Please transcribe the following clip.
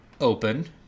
open